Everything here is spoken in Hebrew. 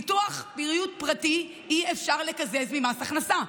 ביטוח בריאות פרטי אי-אפשר לקזז ממס הכנסה,